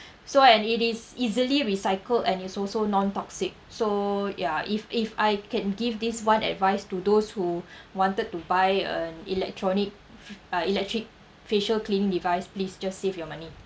so and it is easily recycled and it's also non toxic so ya if if I can give this one advice to those who wanted to buy an electronic uh electric facial cleaning device please just save your money